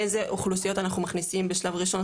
איזה אוכלוסיות אנחנו מכניסים בשלב ראשון,